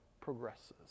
progresses